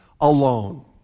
alone